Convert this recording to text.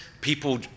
people